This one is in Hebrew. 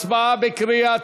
הצבעה בקריאה